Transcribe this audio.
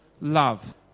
love